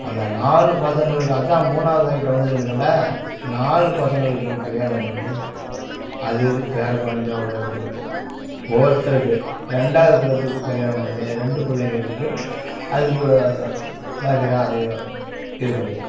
அந்த நாலு பசங்களுக்கும் அதான் மூணாவது ஐட்டம் வந்திருக்குல்ல நாலு பசங்களுக்கும் கல்யாணம் பண்ணி அது அது பேரக் குழந்தையோட இருக்குது ஒவ்வொருத்தருக்கு ரெண்டாவது பேர்த்துக்கு கல்யாணம் பண்ணி ரெண்டு பிள்ளைங்க இருக்குது அதுக்கு வகையறா அதுங்க இருக்குது